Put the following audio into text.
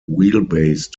wheelbase